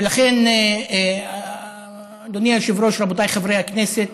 ולכן, אדוני היושב-ראש, רבותיי חברי הכנסת,